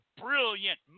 brilliant